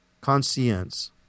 conscience